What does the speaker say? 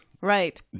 Right